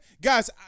guys